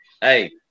hey